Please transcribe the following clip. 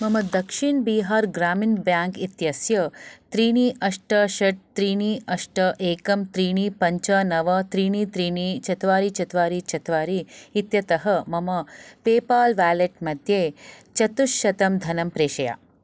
मम दक्षिण् बीहार् ग्रामिन् बेङ्क् इत्यस्य त्रीणि अष्ट षट् त्रीणि अष्ट एकं त्रीणि पञ्च नव त्रीणि त्रीणि चत्वारि चत्वारि चत्वारि इत्यतः मम पेपाल् वेलेट् मध्ये चतुश्शतं धनं प्रेषय